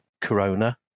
corona